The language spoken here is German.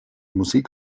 musik